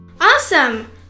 Awesome